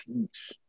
teach